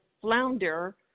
flounder